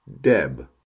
deb